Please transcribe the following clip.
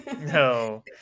no